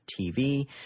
TV